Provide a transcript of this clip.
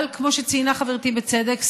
אבל כמו שציינה חברתי בצדק,